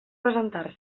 presentar